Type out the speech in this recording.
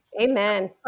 Amen